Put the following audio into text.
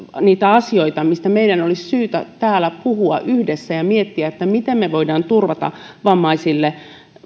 niitä asioita mistä meidän olisi syytä täällä puhua yhdessä ja miettiä miten me voimme turvata vammaisille